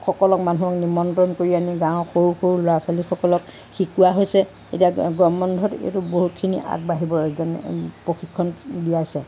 সকল মানুহক নিমন্ত্ৰণ কৰি আনি গাঁৱৰ সৰু সৰু ল'ৰা ছোৱালীসকলক শিকোৱা হৈছে এতিয়া গৰম বন্ধত এইটো বহুত খিনি আগবাঢ়িব যেন প্ৰশিক্ষণ দিয়াইছে